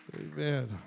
Amen